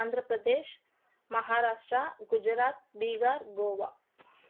Andhra Pradesh Maharashtra Gujarat Bihar Goa